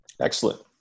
Excellent